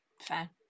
Fair